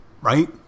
right